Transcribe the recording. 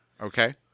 Okay